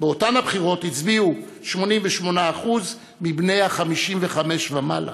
באותן הבחירות הצביעו 88% מבני ה-55 ומעלה.